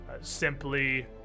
Simply